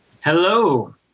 Hello